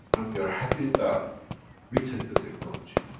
and we are happy that we take the technology.